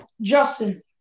Justin